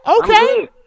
okay